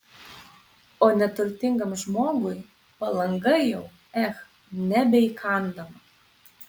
o neturtingam žmogui palanga jau ech nebeįkandama